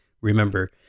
Remember